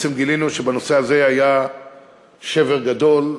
בעצם גילינו שבנושא הזה היה שבר גדול,